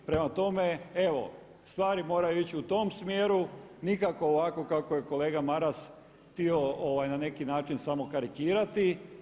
Prema tome, evo stvari moraju ići u tom smjeru, nikako ovako kako je kolega Maras htio na neki način samo karikirati.